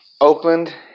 Oakland